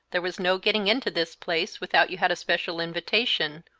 there was no getting into this place without you had a special invitation,